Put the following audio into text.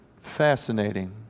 fascinating